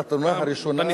בחתונה הראשונה,